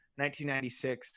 1996